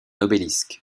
obélisque